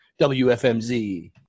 WFMZ